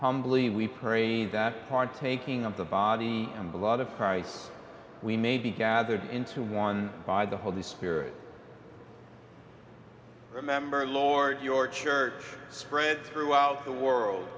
humbly we pray that partaking of the body and blood of christ we may be gathered into one by the holy spirit remember lord your church spread throughout the world